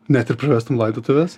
net ir pravestum laidotuves